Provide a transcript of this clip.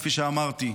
כפי שאמרתי,